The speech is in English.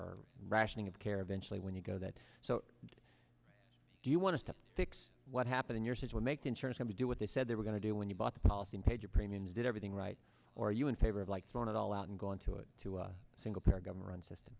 are rationing of care eventually when you go that so do you want to fix what happened in your says will make the insurance and we do what they said they were going to do when you bought the policy and paid your premiums did everything right or are you in favor of like throwing it all out and going to it to a single pair government system